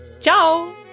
Ciao